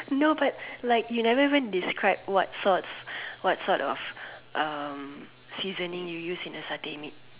no but like you never even describe what sorts what sort of um seasoning you use in a satay meat